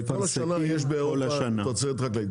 כל השנה יש באירופה תוצרת חקלאית.